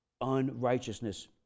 unrighteousness